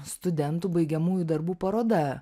studentų baigiamųjų darbų paroda